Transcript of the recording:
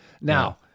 now